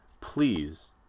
Please